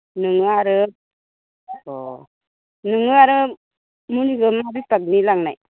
नोङो आरो अ नोङो आरो मुलिखौ मा बिसथाबनि लांनाय